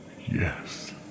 Yes